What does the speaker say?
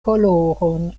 koloron